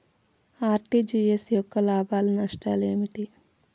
RTGS యొక్క లాభాలు నష్టాలు ఏమిటి?